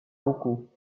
buku